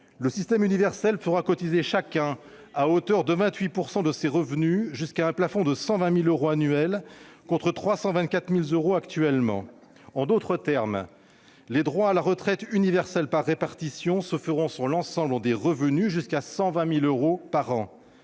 Le système universel fera cotiser chacun, à hauteur de 28 % de ses revenus, jusqu'à un plafond de 120 000 euros annuel, contre 324 000 euros actuellement. En d'autres termes, les droits à la retraite universelle par répartition s'établiront sur l'ensemble des revenus jusqu'à 120 000 euros par an.